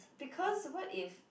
because what if